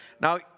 Now